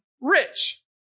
rich